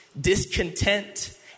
discontent